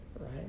right